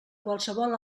qualsevol